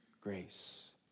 grace